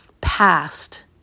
past